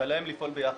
ולפעול ביחד.